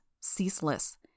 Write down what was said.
ceaseless